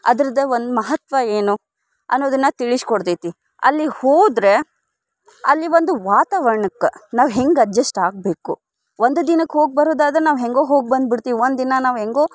ಅದ್ರದ್ದು ಒಂದು ಮಹತ್ವ ಏನು ಅನೋದನ್ನು ತಿಳಿಸ್ಕೊಡ್ತೈತಿ ಅಲ್ಲಿ ಹೋದರೆ ಅಲ್ಲಿ ಒಂದು ವಾತಾವರ್ಣಕ್ಕೆ ನಾವು ಹೆಂಗೆ ಅಜ್ಜೆಸ್ಟ್ ಆಗಬೇಕು ಒಂದು ದಿನಕ್ಕೆ ಹೋಗಿ ಬರೊದಾದರೆ ನಾವು ಹೇಗೋ ಹೋಗ್ಬಂದು ಬಿಡ್ತೀವಿ ಒಂದು ದಿನ ನಾವು ಹೆಂಗೋ